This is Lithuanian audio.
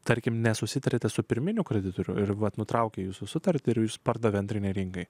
tarkim nesusitariate su pirminiu kreditoriu ir vat nutraukė jūsų sutartį ir jus pardavė antrinei rinkai